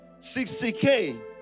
60k